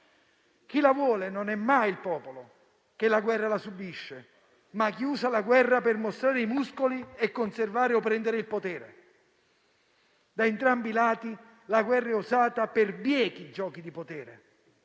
Chi la vuole non è mai il popolo, che la guerra la subisce, ma chi usa la guerra per mostrare i muscoli e conservare o prendere il potere. Da entrambi i lati la guerra è usata per biechi giochi di potere.